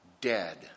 Dead